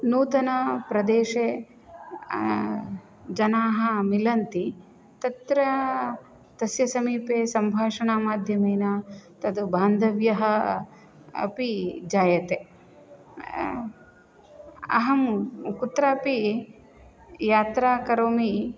नूतनप्रदेशे जनाः मिलन्ति तत्र तस्य समीपे सम्भाषणमाध्यमेन तद्बान्धव्यः अपि जायते अहं कुत्रापि यात्रा करोमि